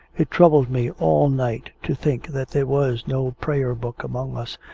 it troubled me all night to think that there was no prayer-book among us,